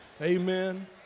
Amen